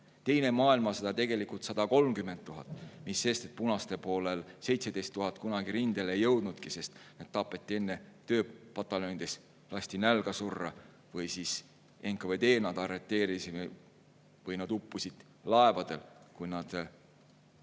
Teine maailmasõda: tegelikult 130 000, mis sest, et punaste poolel 17 000 kunagi rindele ei jõudnudki, sest nad tapeti enne tööpataljonis, lasti nälga surra, NKVD nad arreteeris või nad uppusid laevadel, kui nad